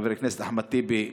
חבר הכנסת אחמד טיבי,